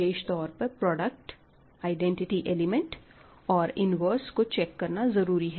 विशेष तौर पर product identity element और इन्वर्स को चेक करना जरूरी है